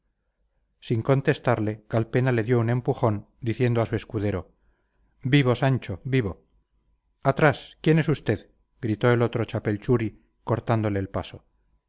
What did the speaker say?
sin contestarle calpena le dio un empujón diciendo a su escudero vivo sancho vivo atrás quién es usted gritó el otro chapelchuri cortándole el paso